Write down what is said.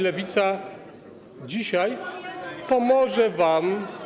Lewica dzisiaj pomoże wam.